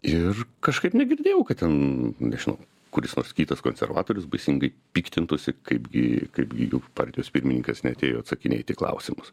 ir kažkaip negirdėjau kad ten nežinau kuris nors kitas konservatorius baisingai piktintųsi kaipgi kaipgi juk partijos pirmininkas neatėjo atsakinėt į klausimus